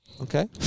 Okay